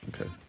Okay